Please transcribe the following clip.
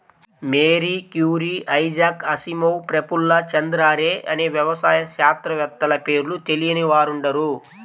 Mary Curie, Isaac Asimov, Prafulla Chandra Ray అనే వ్యవసాయ శాస్త్రవేత్తల పేర్లు తెలియని వారుండరు